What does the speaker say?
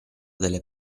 delle